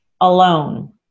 Alone